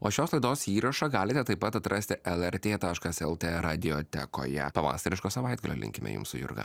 o šios laidos įrašą galite taip pat atrasti lrt taškas lt radijotekoje pavasariško savaitgalio linkime jums su jurga